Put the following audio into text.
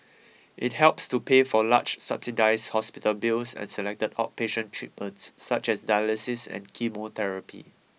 it helps to pay for large subsidised hospital bills and selected outpatient treatments such as dialysis and chemotherapy